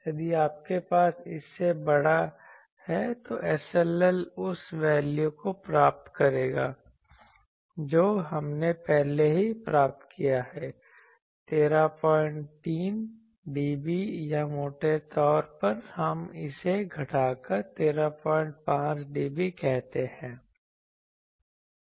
यदि आपके पास इससे बड़ा है तो SLL उस वैल्यू को प्राप्त करेगा जो हमने पहले ही प्राप्त किया है 133 dB या मोटे तौर पर हम इसे घटाकर 135dB कहते हैं